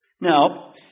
Now